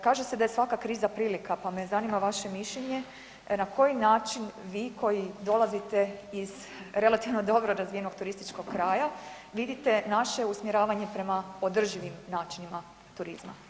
Kaže se da je svaka kriza prilika pa me zanima vaše mišljenje na koji način vi koji dolazite iz relativno dobro razvijenog turističkog kraja vidite naše usmjeravanje prema održivim načinima turizma.